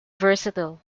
versatile